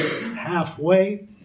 halfway